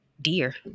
dear